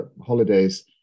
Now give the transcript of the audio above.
holidays